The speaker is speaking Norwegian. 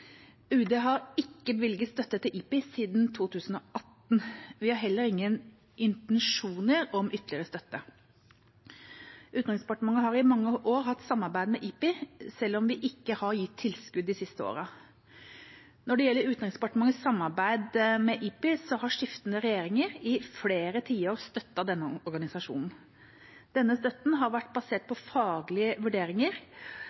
UD har ikke bevilget støtte til IPI siden 2018. Vi har heller ingen intensjoner om ytterligere støtte. Utenriksdepartementet har i mange år hatt samarbeid med IPI, selv om vi ikke har gitt tilskudd de siste årene. Når det gjelder Utenriksdepartementets samarbeid med IPI, har skiftende regjeringer i flere tiår støttet denne organisasjonen. Denne støtten har vært basert